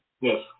Yes